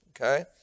okay